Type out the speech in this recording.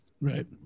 Right